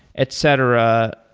etc,